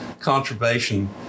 Conservation